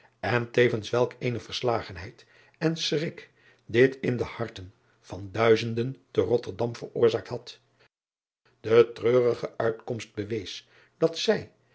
en tevens welk eene verslagenheid en schrik dit in de harten van duizenden te otterdam veroorzaakt had e treurige uitkomst bewees dat zij